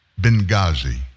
Benghazi